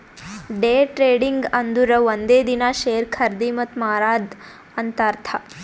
day trading ಅಂದುರ್ ಒಂದೇ ದಿನಾ ಶೇರ್ ಖರ್ದಿ ಮತ್ತ ಮಾರಾದ್ ಅಂತ್ ಅರ್ಥಾ